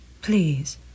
Please